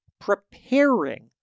preparing